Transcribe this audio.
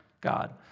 God